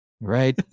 Right